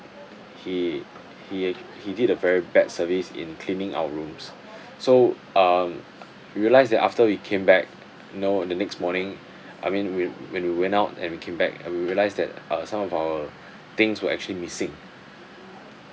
he he ac~ he did a very bad service in cleaning our rooms so um we realised that after we came back you know the next morning I mean whe~ when we went out and we came back and we realised that uh some of our things were actually missing